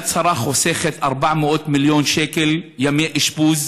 יד שרה חוסכת 400 מיליון שקלים בימי אשפוז